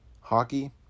hockey